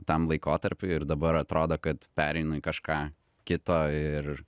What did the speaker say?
tam laikotarpiui ir dabar atrodo kad pereina į kažką kito ir